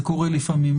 זה קורה לפעמים.